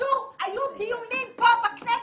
היו דיונים פה בכנסת,